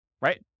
right